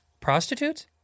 Prostitutes